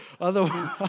otherwise